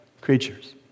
creatures